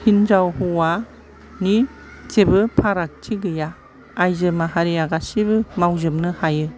हिनजाव हौवानि जेबो फारागथि गैया आयजो माहारिया गासैबो मावजोबनो हायो